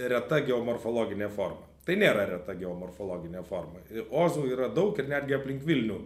reta geomorfologinė forma tai nėra reta geomorfologinė forma i ozų yra daug ir netgi aplink vilnių